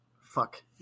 Fuck